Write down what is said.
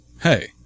hey